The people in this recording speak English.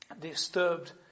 disturbed